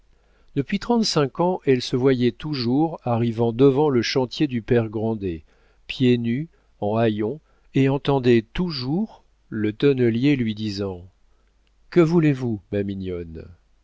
depuis trente-cinq ans elle se voyait toujours arrivant devant le chantier du père grandet pieds nus en haillons et entendait toujours le tonnelier lui disant que voulez-vous ma mignonne